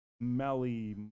melly